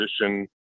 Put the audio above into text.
position